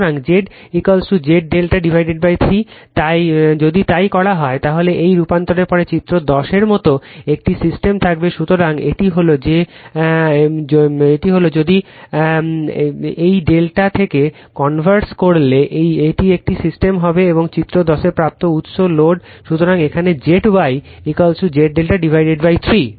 সুতরাং Z Z ∆ 3 যদি তাই করা হয় তাহলে এই রূপান্তরের পরে চিত্র 10 এর মতো একটি সিস্টেম থাকবে সুতরাং এটি হল যে কলটির একটি if আছে এই ∆ থেকে কনভার্স করলে এটি একটি সিস্টেম হবে যেমন চিত্র 10 প্রাপ্ত উত্স লোডস সুতরাং এখানে Zy Z ∆ 3